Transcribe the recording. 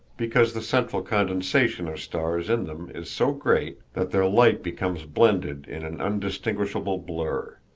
because the central condensation of stars in them is so great that their light becomes blended in an indistinguishable blur.